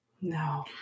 no